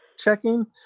Checking